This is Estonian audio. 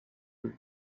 võib